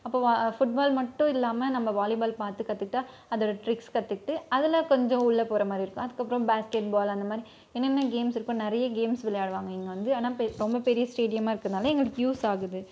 அப்போது ஃபுட்பால் மட்டும் இல்லாமல் நம்ம வாலிபால் பார்த்து கற்றுக்கிட்டா அதோட ட்ரிக்ஸ் கற்றுக்ட்டு அதில் கொஞ்சம் உள்ளே போகிற மாதிரி இருக்கும் அதுக்கப்றம் பேஸ்கட்பால் அந்த மாதிரி இனிமேல் கேம்ஸ் இப்போ நிறையே கேம்ஸ் விளையாடுவாங்க இங்கே வந்து ஆனால் ரொம்ப பெரிய ஸ்டேடியமாக இருக்கறதுனால எங்களுக்கு யூஸ் ஆகுது